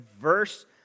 verse